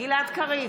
גלעד קריב,